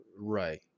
right